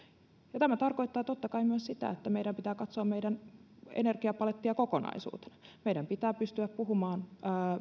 ja tämä tarkoittaa totta kai myös sitä että meidän pitää katsoa energiapalettiamme kokonaisuutena meidän pitää pystyä puhumaan